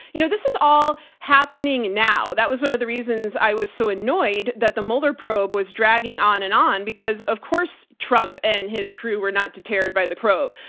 you know, this is all happening now. that was one of the reasons i was so annoyed that the mueller probe was dragging on and on because of course trump and his crew were not deterred by the probe.